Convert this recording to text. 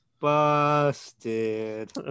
Busted